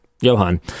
Johan